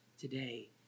today